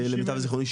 למיטב זכרוני,